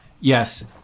Yes